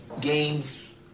games